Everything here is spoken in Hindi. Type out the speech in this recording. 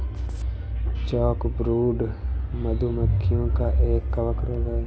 चॉकब्रूड, मधु मक्खियों का एक कवक रोग है